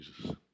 Jesus